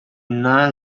non